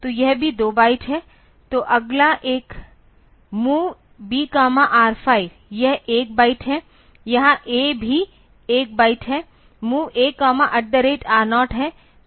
तो यह भी 2 बाइट है तो अगला एक MOV B R5 यह 1 बाइट है यहाँ A भी 1 बाइट है MOV A R0 है